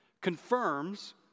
confirms